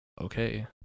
okay